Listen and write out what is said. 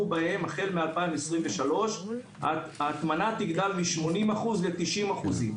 מההטמנה, ההטמנה תגדל מ-80% ל-90%.